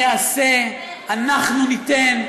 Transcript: אני אעשה, אנחנו ניתן.